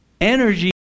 energy